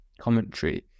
commentary